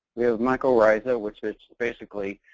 we have mycorrhizal, which is basically